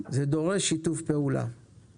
זה דורש שיתוף פעולה.